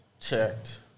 checked